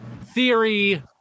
theory